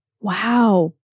wow